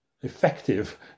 effective